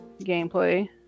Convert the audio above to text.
gameplay